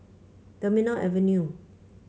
Terminal Avenue